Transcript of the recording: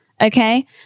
okay